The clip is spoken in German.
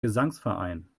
gesangsverein